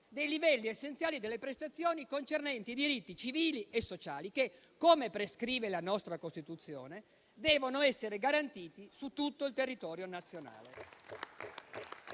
dei livelli essenziali delle prestazioni concernenti i diritti civili e sociali che - come prescrive la nostra Costituzione - devono essere garantiti su tutto il territorio nazionale.